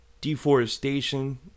deforestation